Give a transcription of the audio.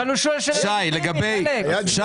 אבל הוא שואל שאלה לגיטימית, אלכס.